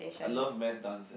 I love mass dance eh